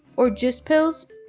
or juice pills,